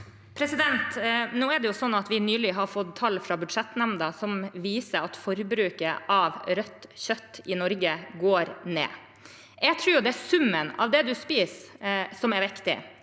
Nå er det slik at vi nylig har fått tall fra budsjettnemnda som viser at forbruket av rødt kjøtt i Norge går ned. Jeg tror det er summen av det man spiser, som er viktig